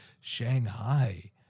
Shanghai